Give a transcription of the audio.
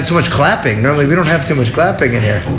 so much clapping. normally we don't have too much clapping in here.